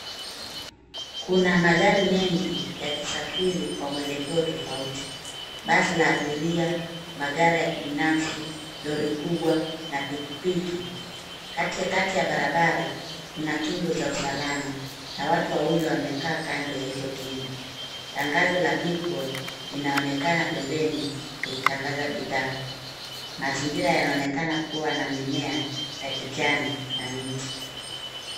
Kuna magari mengi yaki safiri kwa mwelekeo tofauti. Basi la abiria, magari ya kibinafsi, lori kubwa na piki piki. Katikati ya barabara kuna kingo za usalama na watu wawili wamekaa kando ya hizo kingo. Tangzo la {cs}billboard{cs} linaonekana pembeni likitangaza bidhaa. Mazingira yanaonekana kuwa na mimea ya kijani na miti.